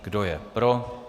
Kdo je pro?